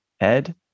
Ed